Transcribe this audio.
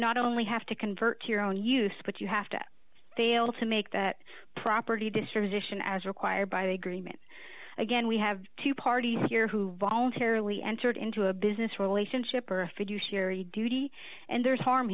not only have to convert to your own use but you have to fail to make that property destroyed addition as required by the agreement again we have two parties here who voluntarily entered into a business relationship or a fiduciary duty and there's harm